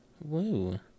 Woo